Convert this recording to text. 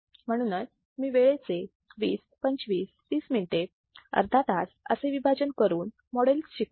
म्हणूनच मी वेळेचे 20 25 30 मिनिट अर्धा तास असे विभाजन करून मॉड्यूलस शिकवत आहे